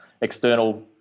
external